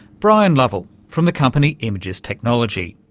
brian lovell from the company imagus technology.